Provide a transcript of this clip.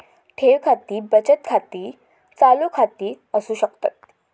ठेव खाती बचत खाती, चालू खाती असू शकतत